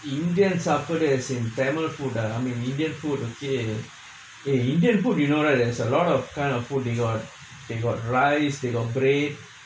indians saapaadu as in tamil food ah I mean indian food okay indian food you know like there's a lot of kind of food they got they got rice they got bread